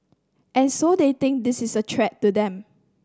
and so they think this is a threat to them